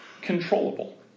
controllable